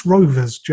Rovers